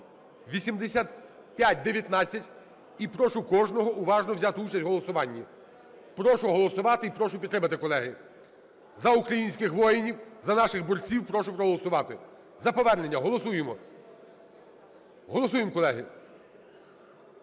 8519. І прошу кожного уважно взяти участь в голосуванні. Прошу голосувати. І прошу підтримати, колеги. За українських воїнів, за наших борців прошу проголосувати. За повернення. Голосуємо. Голосуємо, колеги.